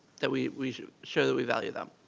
that we we show that we value them.